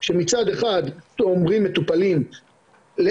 אז אני כן אשמח לשמוע אם אתה שבע רצון מאיך שהדברים מתנהלים כרגע,